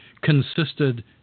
consisted